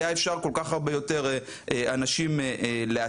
היה אפשר כל כך הרבה יותר אנשים להציל.